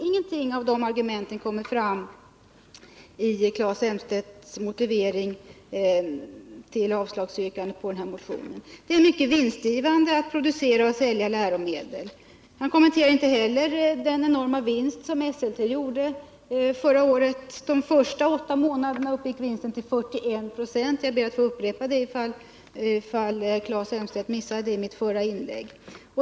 Ingenting av detta kommer fram i Claes Elmstedts motivering för avslagsyrkandet på vår motion. Claes Elmstedt kommenterade inte heller den enorma vinst som Esselte gjorde förra året. De första åtta månaderna uppgick företagets vinst till 41 96 — jag ber att få upprepa det, ifall herr Elmstedt missade det i mitt förra inlägg.